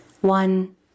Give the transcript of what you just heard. One